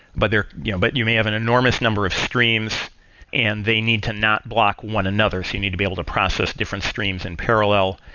but you know but you may have an enormous number of streams and they need to not block one another. so you need to be able to process different streams in parallel,